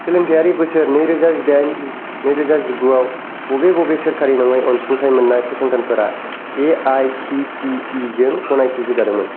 सोलोंथायारि बोसोर नैरोजा जिदाइन नैरोजा जिगुआव बबे बबे सोरखारि नङि अनसुंथाइ मोन्नाय फसंथानफोरा A I C T E जों गनायथि होजादोंमोन